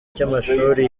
cy’amashuri